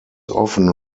often